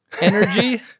energy